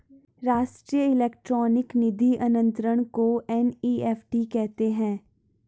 राष्ट्रीय इलेक्ट्रॉनिक निधि अनंतरण को एन.ई.एफ.टी कहते हैं